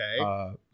okay